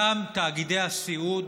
גם תאגידי הסיעוד,